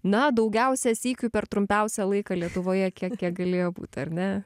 na daugiausia sykių per trumpiausią laiką lietuvoje kiek kiek galėjo būt ar ne